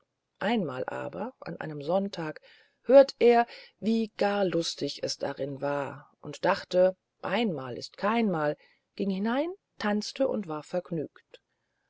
einmal aber auf einen sonntag hört er wie gar lustig es darin war dacht einmal ist keinmal ging hinein tanzte und war vergnügt